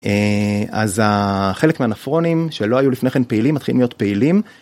אז החלק מהנפרונים שלא היו לפני כן פעילים מתחילים להיות פעילים.